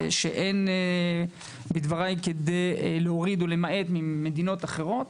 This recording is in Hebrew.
שאין בדבריי כדי להוריד או להמעיט ממדינות אחרות.